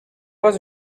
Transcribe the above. was